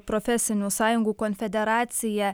profesinių sąjungų konfederacija